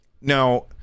Now